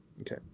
Okay